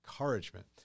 encouragement